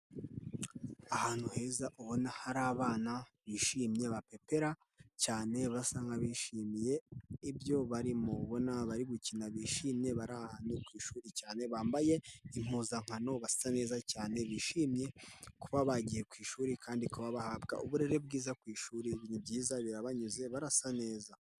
Ahantu heza ubona hari abana bishimye ba pepera cyane basa'bishimiye ibyo barimobona bariri gukina bishimye bari ahantu ku ishuri cyane bambaye impuzankano basa neza cyane bishimye kuba bagiye ku ishuri kandi bahabwa uburere bwiza ku ishuri ibi ni byiza birabanyuze barasa neza.